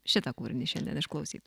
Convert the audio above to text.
šitą kūrinį šiandien išklausyt